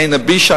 עינא בישא,